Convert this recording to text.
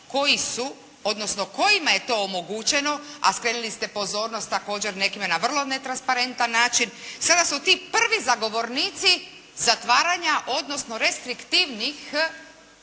koji su odnosno kojima je to omogućeno, a skrenuli ste pozornost također nekima na vrlo netransparentan način, sada su ti prvi zagovornici zatvaranja, odnosno restriktivnih